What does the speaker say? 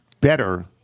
better